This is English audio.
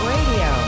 Radio